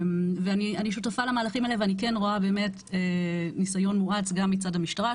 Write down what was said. אני שותפה למהלכים האלה ואני כן רואה באמת ניסיון מואץ גם מצד המשטרה,